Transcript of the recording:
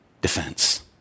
defense